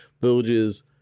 Villages